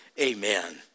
Amen